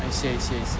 I see I see I see